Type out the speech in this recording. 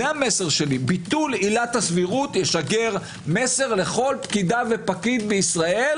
המסר שלי ביטול עילת הסבירות ישגר מסר לכל פקידה ופקיד בישראל